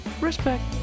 Respect